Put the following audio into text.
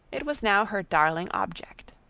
it was now her darling object.